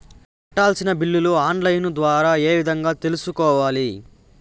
కట్టాల్సిన బిల్లులు online ద్వారా ఏ విధంగా తెలుసుకోవాలి?